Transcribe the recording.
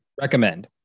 Recommend